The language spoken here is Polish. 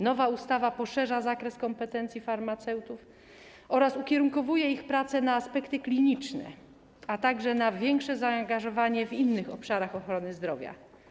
Nowa ustawa poszerza zakres kompetencji farmaceutów oraz ukierunkowuje ich prace na aspekty kliniczne, a także na większe zaangażowanie w innych obszarach ochrony zdrowia.